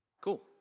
Cool